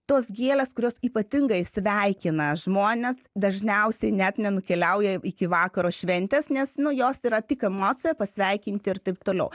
tos gėlės kurios ypatingai sveikina žmones dažniausiai net nenukeliauja iki vakaro šventės nes nu jos yra tik emocija pasveikinti ir taip toliau